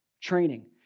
Training